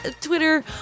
Twitter